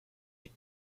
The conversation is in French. les